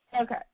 Okay